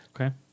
Okay